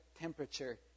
temperature